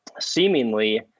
seemingly